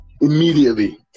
Immediately